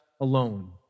alone